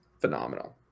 phenomenal